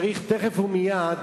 צריך תיכף ומייד